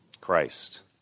Christ